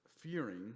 fearing